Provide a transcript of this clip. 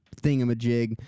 thingamajig